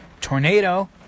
tornado